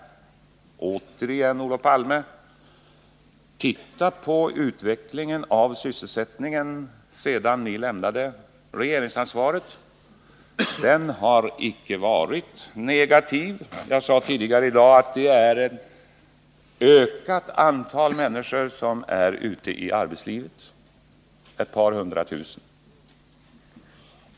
Återigen, Olof Palme: Titta på sysselsättningsutvecklingen sedan ni lämnade regeringsansvaret! Den har icke varit negativ. Jag sade tidigare i dag att ett ökat antal människor — ett par hundra tusen — är ute i arbetslivet jämfört med 1976.